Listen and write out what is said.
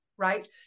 right